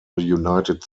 united